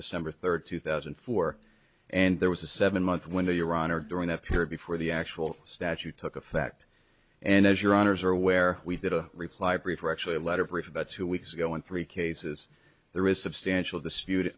december third two thousand and four and there was a seven month window your honor during that period before the actual statute took effect and as your honour's are aware we did a reply brief or actually a lot of rich about two weeks ago and three cases there is substantial